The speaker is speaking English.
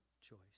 choice